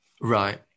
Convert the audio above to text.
right